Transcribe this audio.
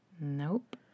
Nope